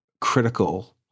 critical